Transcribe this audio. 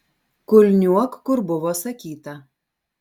kulniuok kur buvo sakyta